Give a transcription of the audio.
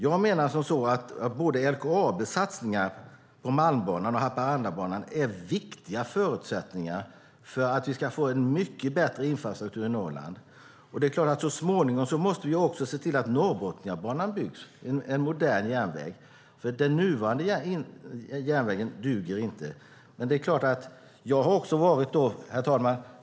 Jag menar att LKAB:s satsningar på Malmbanan och Haparandabanan är viktiga förutsättningar för att vi ska få en mycket bättre infrastruktur i Norrland. Så småningom måste vi se till att Norrbotniabanan byggs - en modern järnväg. Den nuvarande järnvägen duger inte. Herr talman!